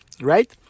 right